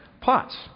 pots